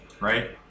Right